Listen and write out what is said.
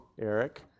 Eric